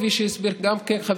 כפי שגם הסביר חברי,